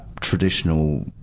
traditional